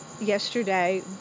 yesterday